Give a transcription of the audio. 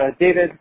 David